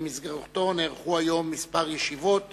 שבמסגרתו נערכו היום כמה ישיבות